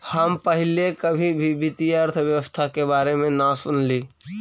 हम पहले कभी भी वित्तीय अर्थशास्त्र के बारे में न सुनली